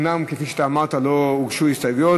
אומנם כפי שאתה אמרת לא הוגשו הסתייגויות,